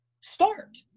start